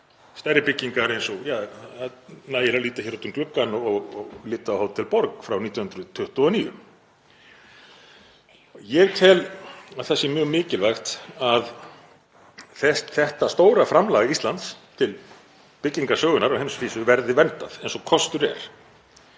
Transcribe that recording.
stærri byggingar — það nægir að líta hér út um gluggann og líta á Hótel Borg frá 1929. Ég tel að það sé mjög mikilvægt að þetta stóra framlag Íslands til byggingarsögunnar á heimsvísu verði verndað eins og kostur er,